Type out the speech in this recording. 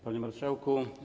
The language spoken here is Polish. Panie Marszałku!